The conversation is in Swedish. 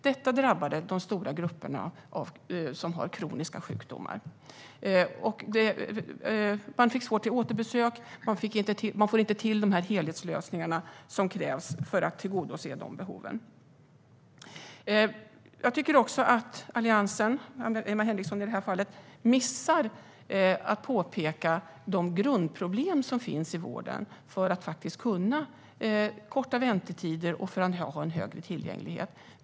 Detta drabbade de stora grupperna med kroniska sjukdomar. Det var svårt att få tid för återbesök. Man fick inte till de helhetslösningar som krävs för att tillgodose deras behov. Jag tycker också att Alliansen - Emma Henriksson i det här fallet - missar att påpeka de grundproblem som finns i vården för att kunna korta väntetider och ge högre tillgänglighet.